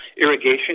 irrigation